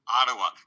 Ottawa